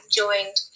joined